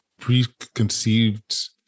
preconceived